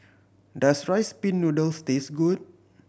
does Rice Pin Noodles taste good